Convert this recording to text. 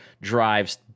drives